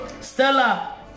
Stella